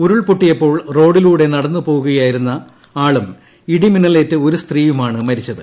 ഉരുൾപൊട്ടിയപ്പോൾ റോഡിലൂടെ നടന്നു പോകുകയായിരുന്ന ആളും ഇടിമിന്നലേറ്റ് ഒരു സ്ത്രീയുമാണ് മരിച്ചത്